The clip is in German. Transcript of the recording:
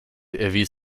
erwies